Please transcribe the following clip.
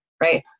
right